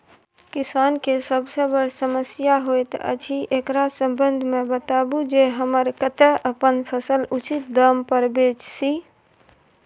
किसान के सबसे बर समस्या होयत अछि, एकरा संबंध मे बताबू जे हम कत्ते अपन फसल उचित दाम पर बेच सी?